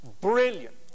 brilliant